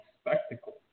spectacle